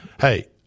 hey